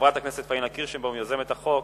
חברת הכנסת פניה קירשנבאום, יוזמת החוק,